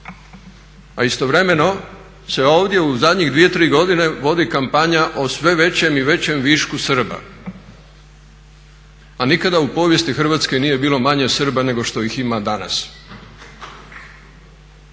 a istovremeno se ovdje u zadnjih dvije, tri godine vodi kampanja o sve većem i većem višku Srba a nikada u povijesti Hrvatske nije bilo manje Srba nego što ih ima danas